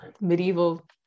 medieval